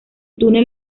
túnel